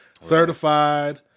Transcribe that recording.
Certified